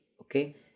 okay